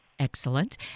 Excellent